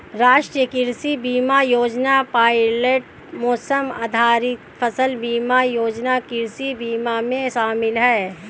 राष्ट्रीय कृषि बीमा योजना पायलट मौसम आधारित फसल बीमा योजना कृषि बीमा में शामिल है